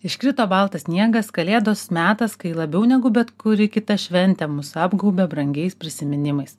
iškrito baltas sniegas kalėdos metas kai labiau negu bet kuri kita šventė mus apgaubia brangiais prisiminimais